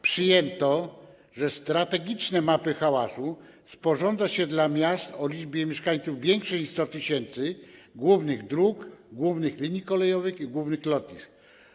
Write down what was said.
Przyjęto, że strategiczne mapy hałasu sporządza się dla miast o liczbie mieszkańców większej niż 100 tys., głównych dróg, głównych linii kolejowych i głównych lotnisk.